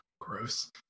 gross